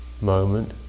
moment